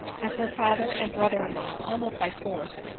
as her father and brother-in-law, almost by force,